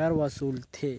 कर वसूलथे